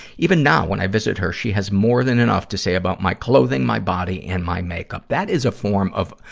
even now, when i visit her, she has more than enough to say about my clothing, my body, and my makeup. that is a form of,